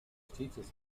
teachers